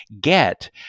get